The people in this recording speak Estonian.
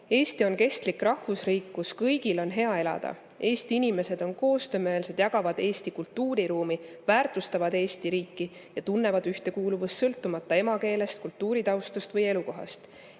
"Eesti on kestlik rahvusriik, kus kõigil on hea elada. Eesti inimesed on koostöömeelsed, jagavad [ühist] Eesti kultuuriruumi, väärtustavad Eesti riiki ja tunnevad ühtekuuluvust, sõltumata emakeelest, kultuuritaustast või elukohast.